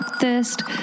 thirst